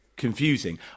confusing